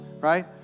right